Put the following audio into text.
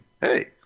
hey